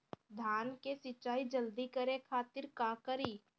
धान के सिंचाई जल्दी करे खातिर का करी?